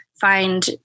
find